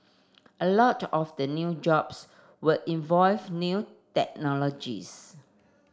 a lot of the new jobs would involve new technologies